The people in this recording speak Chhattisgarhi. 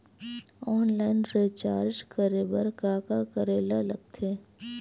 ऑनलाइन रिचार्ज करे बर का का करे ल लगथे?